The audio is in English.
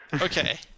Okay